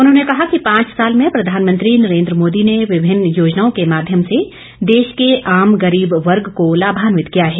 उन्होंने कहा कि पांच साल में प्रधानमंत्री नरेन्द्र मोदी ने विभिन्न योजनाओं के माध्यम से देश के आम गरीब वर्ग को लाभान्वित किया है